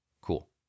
Cool